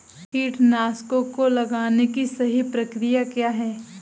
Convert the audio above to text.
कीटनाशकों को लगाने की सही प्रक्रिया क्या है?